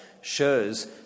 shows